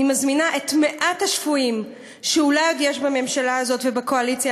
אני מזמינה את מעט השפויים שאולי עוד יש בממשלה הזאת ובקואליציה